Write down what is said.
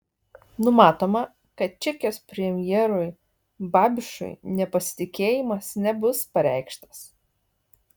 numatoma kad čekijos premjerui babišui nepasitikėjimas nebus pareikštas